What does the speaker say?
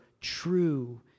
true